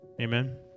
Amen